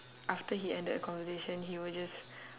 after he ended a conversation he will just